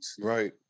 Right